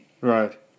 Right